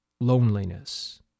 loneliness